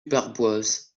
barboise